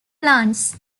plants